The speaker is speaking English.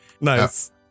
Nice